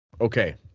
okay